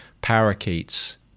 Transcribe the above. parakeets